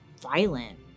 violent